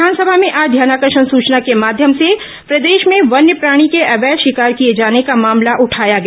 विधानसभा में आज ध्यानाकर्षण सूचना के माध्यम से प्रदेश में वन्यप्राणी के अवैध शिकार किए जाने का मामला उठाया गया